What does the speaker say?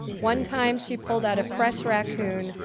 one time, she pulled out a fresh raccoon,